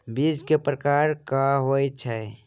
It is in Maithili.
बीज केँ प्रकार कऽ होइ छै?